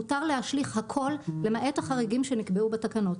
מותר להשליך הכול למעט החריגים שנקבעו בתקנות.